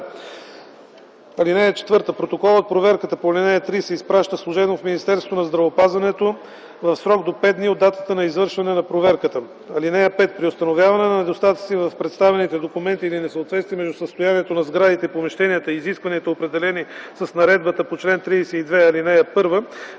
(4) Протокол от проверката по ал. 3 се изпраща служебно в Министерството на здравеопазването в срок до 5 дни от датата на извършване на проверката. (5) При установяване на недостатъци в представените документи или несъответствие между състоянието на сградите и помещенията и изискванията, определени с наредбата по чл. 32, ал. 1